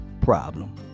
problem